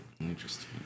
Interesting